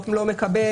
לא מקבל,